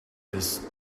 this